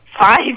Five